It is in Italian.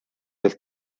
del